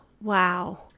Wow